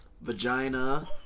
Vagina